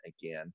again